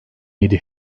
yedi